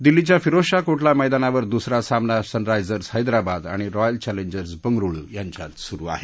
दिल्लीच्या फिरोजशाहा कोटला मैदानावर दुसरा सामना सन रायजर्स हैदराबाद आणि रॉयल चॅलेंजर्स बेंगळुरु यांच्यात सुरु आहे